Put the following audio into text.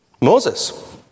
Moses